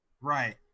Right